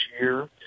year